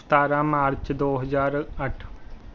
ਸਤਾਰਾਂ ਮਾਰਚ ਦੋ ਹਜ਼ਾਰ ਅੱਠ